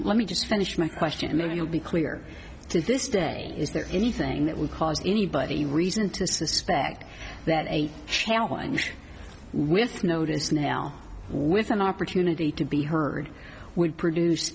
let me just finish my question and then you'll be clear to this day is there anything that would cause anybody reason to suspect that a challenge with notice now with an opportunity to be heard would produce